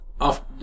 off